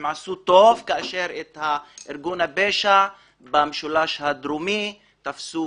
הם עשו טוב כאשר את ארגון הפשע במשולש הדרומי תפסו